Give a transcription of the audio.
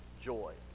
joy